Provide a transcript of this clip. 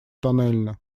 тоннельно